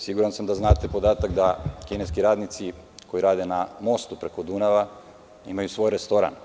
Siguran sam da znate podatak da kineski radnici koji rade na mostu preko Dunava, imaju svoj restoran.